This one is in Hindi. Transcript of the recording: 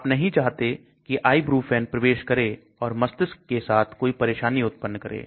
आप नहीं चाहते की ibuprofen प्रवेश करें और मस्तिष्क के साथ कोई परेशानी उत्पन्न करें